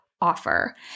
offer